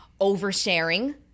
Oversharing